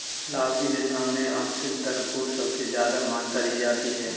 लाभ की दशा में आन्तरिक दर को सबसे ज्यादा मान्यता दी जाती है